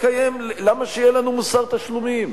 למה שיהיה לנו מוסר תשלומים?